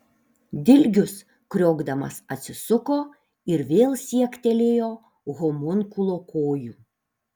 dilgius kriokdamas atsisuko ir vėl siektelėjo homunkulo kojų